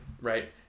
right